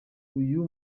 uyu